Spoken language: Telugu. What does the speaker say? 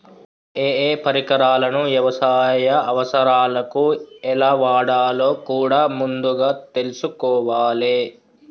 ఏయే పరికరాలను యవసాయ అవసరాలకు ఎలా వాడాలో కూడా ముందుగా తెల్సుకోవాలే